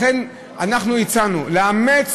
לכן, אנחנו הצענו לאמץ